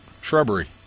Shrubbery